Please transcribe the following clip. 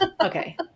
Okay